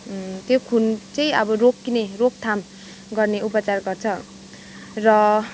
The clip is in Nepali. त्यो खुन चाहिँ अब रोकिने रोकथाम गर्ने उपचार गर्छ र